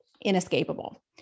inescapable